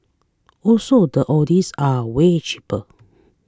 also the oldies are way cheaper